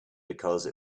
because